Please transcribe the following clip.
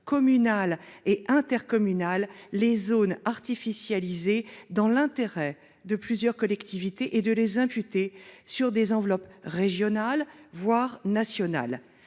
communales et intercommunales les zones artificialisées dans l’intérêt de plusieurs collectivités et de les imputer sur des enveloppes régionales, voire nationales.